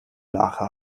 lache